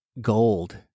Gold